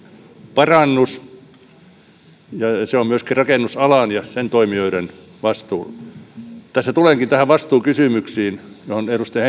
parannus ja se on myöskin rakennusalan ja sen toimijoiden vastuulla tässä tulenkin näihin vastuukysymyksiin joihin edustaja